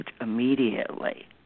immediately